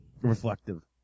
Reflective